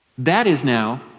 that is now,